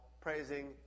praising